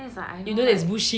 either is bullshit